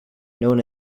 known